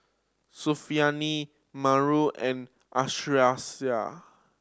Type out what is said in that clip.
Melur and